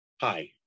Hi